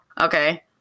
okay